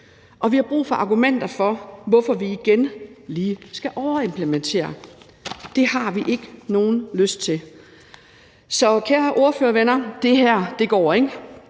Og vi har brug for argumenter for, hvorfor vi igen lige skal overimplementere – det har vi ikke nogen lyst til. Så, kære ordførervenner, det her går ikke.